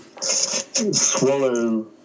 swallow